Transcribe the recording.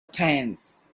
fans